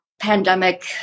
pandemic